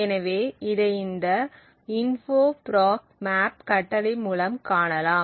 எனவே இதை இந்த info proc map கட்டளை மூலம் காணலாம்